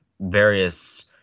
various